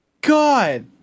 god